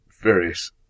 various